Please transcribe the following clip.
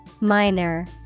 Minor